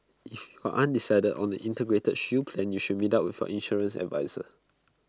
if are undecided on an integrated shield plan then you should meet up with your insurance adviser